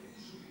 באיזה יישובים?